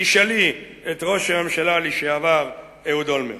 תשאלי את ראש הממשלה לשעבר אהוד אולמרט.